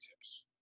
tips